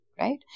right